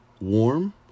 Warm